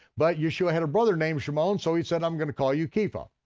but yeshua had a brother named shimon so he said i'm going to call you kipha.